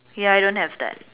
ya I don't have that